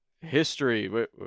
history